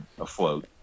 afloat